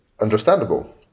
understandable